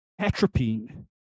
atropine